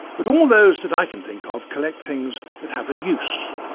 but all those that i can think of collect things that have a use.